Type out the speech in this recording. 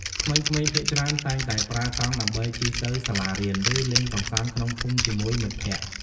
ក្មេងៗភាគច្រើនតែងតែប្រើកង់ដើម្បីជិះទៅសាលារៀន ឬលេងកម្សាន្តក្នុងភូមិជាមួយមិត្តភក្តិ។